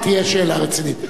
תהיה שאלה רצינית.